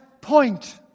point